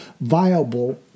viable